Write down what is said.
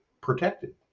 protected